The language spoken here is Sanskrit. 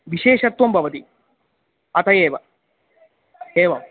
विशेषत्वं भवति अत एव एवम्